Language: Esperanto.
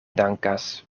dankas